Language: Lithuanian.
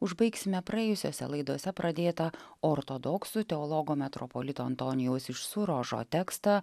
užbaigsime praėjusiose laidose pradėtą ortodoksų teologo metropolito antonijaus iš surožo tekstą